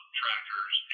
tractors